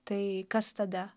tai kas tada